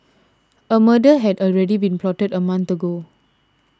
a murder had already been plotted a month ago